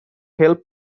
help